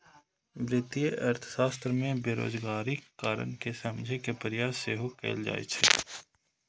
वित्तीय अर्थशास्त्र मे बेरोजगारीक कारण कें समझे के प्रयास सेहो कैल जाइ छै